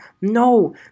No